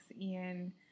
Ian